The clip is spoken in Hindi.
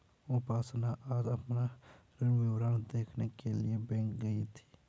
उपासना आज अपना ऋण विवरण देखने के लिए बैंक गई